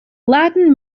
latin